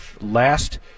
last